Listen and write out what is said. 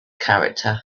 character